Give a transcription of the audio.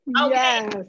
Okay